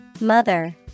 Mother